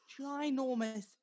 Ginormous